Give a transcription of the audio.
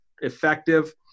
effective